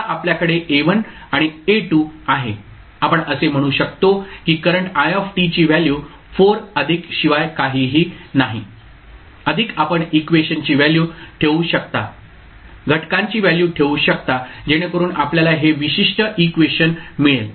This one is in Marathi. आता आपल्याकडे A1 आणि A2 आहे आपण असे म्हणू शकतो की करंट i ची व्हॅल्यू 4 अधिक शिवाय काहीही नाही अधिक आपण इक्वेशनची व्हॅल्यू ठेवू शकता घटकांची व्हॅल्यू ठेवू शकता जेणेकरून आपल्याला हे विशिष्ट इक्वेशन मिळेल